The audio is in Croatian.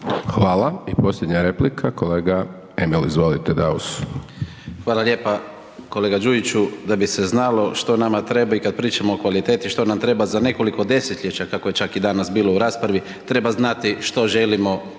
Hvala. I posljednja replika, kolega Emil, izvolite Daus. **Daus, Emil (IDS)** Hvala lijepa. Kolega Đujiću, da bi se znalo što nama treba i kad pričamo o kvaliteti što nam treba za nekoliko desetljeća, kako je čak i danas bilo u raspravi, treba znati što želimo